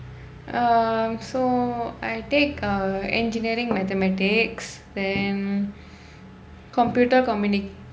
um so I take err engineering mathematics then computer community